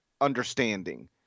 understanding